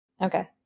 Okay